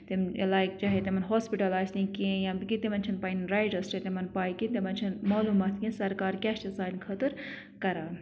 تِم لایک چاہے تِمن ہاسپِٹل آسہِ نہٕ کہینٛہ یا تہِ کہِ تِمن چھَنہٕ پَنٕنۍ رایٹس چھِ تِمن پاے کہینٛہ تِمن چِھنہ معلومات کہینٛہ سرکار کیٛاہ چھِ سانہِ خٲطر